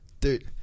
Dude